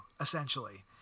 essentially